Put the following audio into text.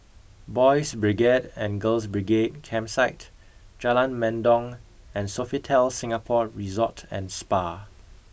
Boys' Brigade and Girls' Brigade Campsite Jalan Mendong and Sofitel Singapore Resort and Spa